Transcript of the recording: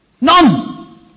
None